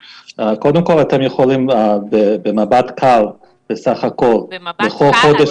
אתם יכולים לראות במבט קל שבסך הכול במהלך חודש